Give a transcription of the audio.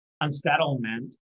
unsettlement